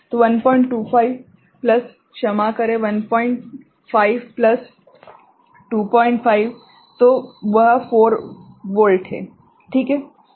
तो 125 प्लस क्षमा करें 15 प्लस 25 तो वह 4 वोल्ट है ठीक है